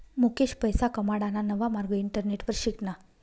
मुकेश पैसा कमाडाना नवा मार्ग इंटरनेटवर शिकना